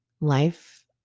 life